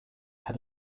had